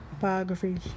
Biographies